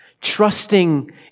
trusting